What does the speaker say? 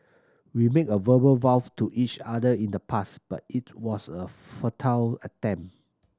we made a verbal vows to each other in the past but it was a futile attempt